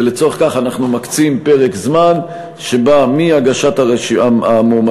ולצורך כך אנחנו מקצים פרק זמן שבא מהגשת המועמדים